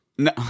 no